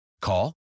Call